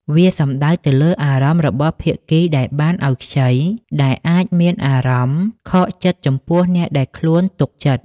វាសំដៅទៅលើអារម្មណ៍របស់ភាគីដែលបានឲ្យខ្ចី ដែលអាចមានអារម្មណ៍ខកចិត្តចំពោះអ្នកដែលខ្លួនទុកចិត្ត។